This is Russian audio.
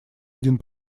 один